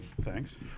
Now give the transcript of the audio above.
thanks